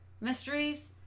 mysteries